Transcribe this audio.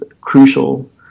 crucial